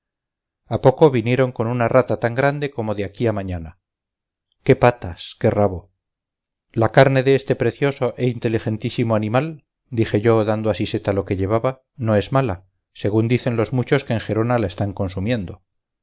a poco volvieron con una rata tan grande como de aquí a mañana qué patas qué rabo la carne de este precioso e inteligentísimo animal dije yo dando a siseta lo que llevaba no es mala según dicen los muchos que en gerona la están consumiendo